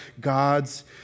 God's